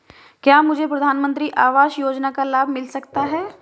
क्या मुझे प्रधानमंत्री आवास योजना का लाभ मिल सकता है?